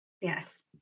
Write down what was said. yes